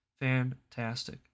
fantastic